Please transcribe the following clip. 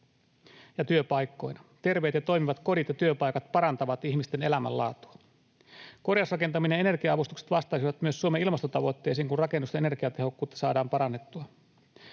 ja työpaikkoina. Terveet ja toimivat kodit ja työpaikat parantavat ihmisten elämänlaatua. Korjausrakentaminen ja energia-avustukset vastaisivat myös Suomen ilmastotavoitteisiin, kun rakennusten energiatehokkuutta saadaan parannettua.